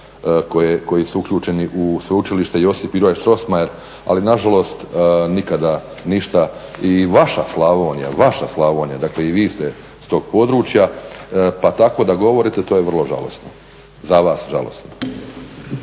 koji su uključeni u Sveučilište Josip Juraj Strossmayer. Ali na žalost nikada ništa. I vaša Slavonija, vaša Slavonija, dakle i vi ste iz tog područja, pa tako da govorite to je vrlo žalosno, za vas žalosno.